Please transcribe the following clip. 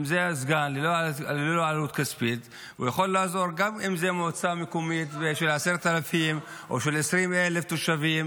הוא יכול לעזור גם אם זאת מועצה מקומית של 10,000 או של 20,000 תושבים.